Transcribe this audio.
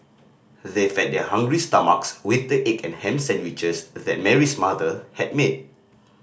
they fed their hungry stomachs with the egg and ham sandwiches that Mary's mother had made